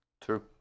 True